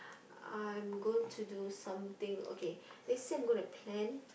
I'm going to do something let's say I'm going to plan